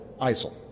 ISIL